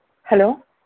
hello